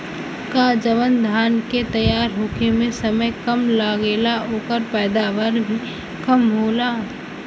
का जवन धान के तैयार होखे में समय कम लागेला ओकर पैदवार भी कम होला?